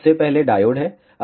सबसे पहले डायोड है